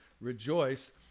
rejoice